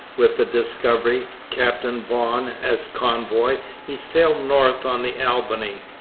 with the discovery, captain vaughan, as convoy, he sailed north on the albany.